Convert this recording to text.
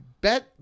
bet